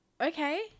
okay